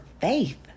faith